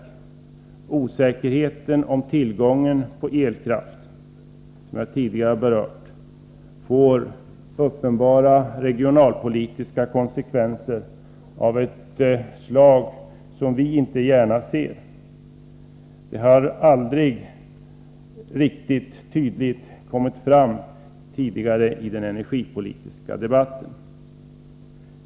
Osäkerheten om tillgången på elkraft får, vilket jag tidigare berört, uppenbara regionalpolitiska konsekvenser av ett slag som vi inte gärna ser. Det har aldrig riktigt tydligt kommit fram tidigare i den energipolitiska debatten.